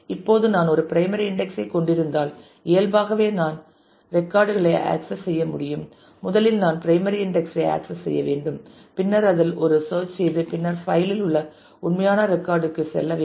இப்போது நான் ஒரு பிரைமரி இன்டெக்ஸ் ஐ கொண்டிருந்தால் இயல்பாகவே ரெக்கார்ட் களை ஆக்சஸ் செய்ய முடியும் முதலில் நான் பிரைமரி இன்டெக்ஸ் ஐ ஆக்சஸ் செய்ய வேண்டும் பின்னர் அதில் ஒரு சேர்ச் செய்து பின்னர் பைல் இல் உள்ள உண்மையான ரெக்கார்ட் க்குச் செல்ல வேண்டும்